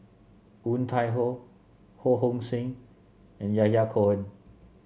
Woon Tai Ho Ho Hong Sing and Yahya Cohen